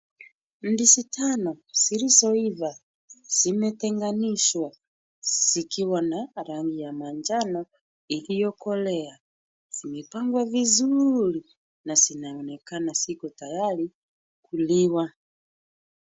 Ndizi tano zilizoiva zimetenganishwa zikiwa na rangi ya manjano iliyokolea. Zimepangwa vizuri na zinaonekana ziko tayari kuliwa.